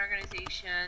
organization